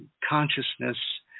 consciousness